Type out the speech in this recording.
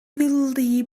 tweedledee